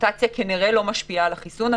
המוטציה כנראה לא משפיעה על החיסון,